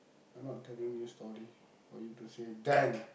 I'm not telling you story for you to say then